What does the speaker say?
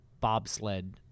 bobsled